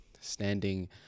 Standing